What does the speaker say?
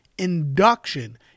induction